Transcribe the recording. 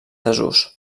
desús